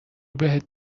بهت